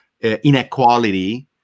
inequality